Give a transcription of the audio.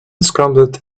scrambled